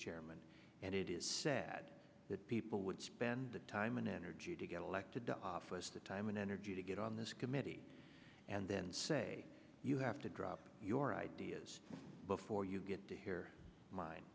chairman and it is sad that people would spend the time and energy to get elected to office the time and energy to get on this committee and then say you have to drop your ideas before you get to hear